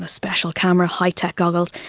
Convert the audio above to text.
ah special camera high-tech goggles,